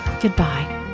goodbye